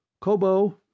Kobo